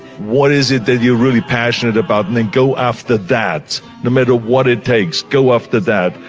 what is it that you're really passionate about? and then go after that, no matter what it takes. go after that.